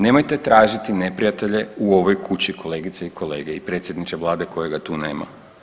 Nemojte tražiti neprijatelje u ovoj kući kolegice i kolege i predsjedniče vlade kojega tu nema.